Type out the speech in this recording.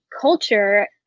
culture